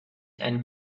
and